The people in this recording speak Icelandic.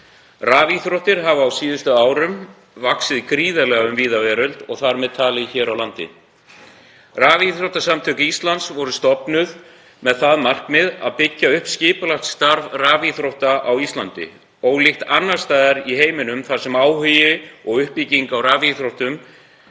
Rafíþróttir hafa á síðustu árum vaxið gríðarlega um víða veröld og þar með talið hér á landi. Rafíþróttasamtök Íslands voru stofnuð með það markmiði að byggja upp skipulagt starf rafíþrótta á Íslandi. Ólíkt annars staðar í heiminum, þar sem áhugi og uppbygging á rafíþróttum